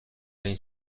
این